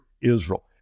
Israel